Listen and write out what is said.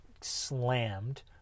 slammed